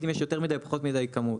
אם יש יותר מידי או פחות מידי כמות,